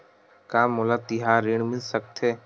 का मोला तिहार ऋण मिल सकथे?